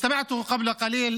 (אומר דברים בשפה הערבית,